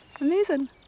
Amazing